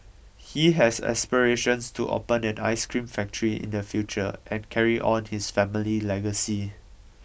he has aspirations to open an ice cream factory in the future and carry on his family legacy